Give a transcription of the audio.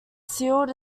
sealed